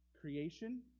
Creation